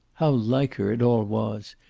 how like her it all was,